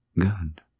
good